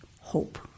hope